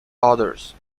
others